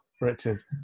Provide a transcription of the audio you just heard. Richard